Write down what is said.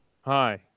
hi